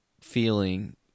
feeling